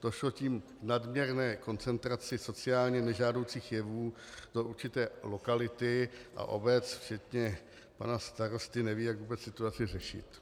Došlo tím k nadměrné koncentraci sociálně nežádoucích jevů do určité lokality a obec včetně pana starosty vůbec neví, jak situaci řešit.